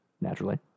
Naturally